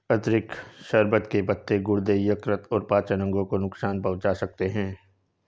अतिरिक्त शर्बत के पत्ते गुर्दे, यकृत और पाचन अंगों को नुकसान पहुंचा सकते हैं